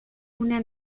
una